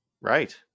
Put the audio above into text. Right